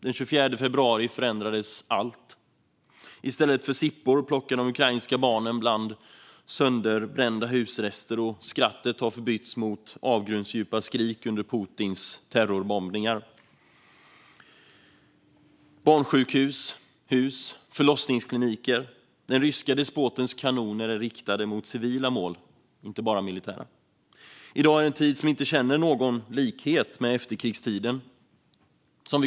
Den 24 februari förändrades allt. I stället för sippor plockar de ukrainska barnen bland sönderbrända husrester, och skrattet har förbytts till avgrundsdjupa skrik under Putins terrorbombningar av hus, barnsjukhus och förlossningskliniker. Den ryske despotens kanoner är riktade mot civila mål, inte bara militära. I dag är en tid som inte känner någon likhet med efterkrigstiden.